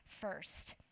first